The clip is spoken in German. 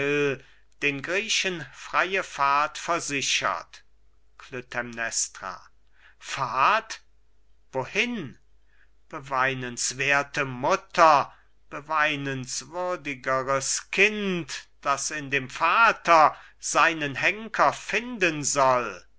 den griechen freie fahrt versichert klytämnestra fahrt wohin beweinenswerthe mutter beweinenswürdigeres kind das in dem vater seinen henker finden soll